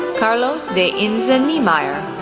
carlos de inza niemeijer,